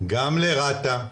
גם לרת"א,